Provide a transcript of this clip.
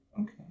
Okay